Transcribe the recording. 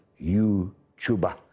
YouTuber